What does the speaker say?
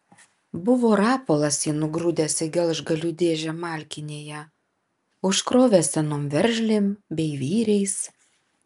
buvo rapolas jį nugrūdęs į gelžgalių dėžę malkinėje užkrovęs senom veržlėm bei vyriais